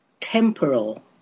temporal